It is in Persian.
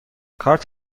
کارت